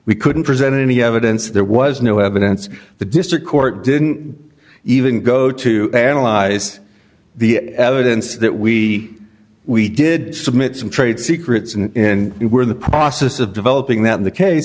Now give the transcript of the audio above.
we couldn't presented any evidence there was no evidence the district court didn't even go to analyze the evidence that we we did submit some trade secrets in we were in the process of developing that in the case